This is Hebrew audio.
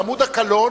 אל עמוד הקלון,